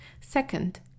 Second